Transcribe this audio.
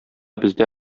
бездә